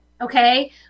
okay